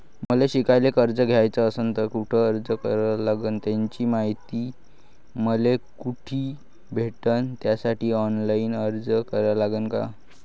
मले शिकायले कर्ज घ्याच असन तर कुठ अर्ज करा लागन त्याची मायती मले कुठी भेटन त्यासाठी ऑनलाईन अर्ज करा लागन का?